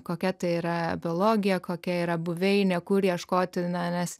kokia tai yra biologija kokia yra buveinė kur ieškoti na nes